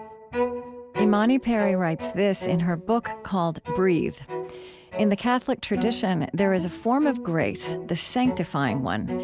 imani perry writes this in her book called breathe in the catholic tradition, there is a form of grace, the sanctifying one,